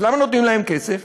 אז למה נותנים להם כסף?